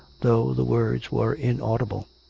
though the words were inaudible.